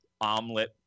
omelet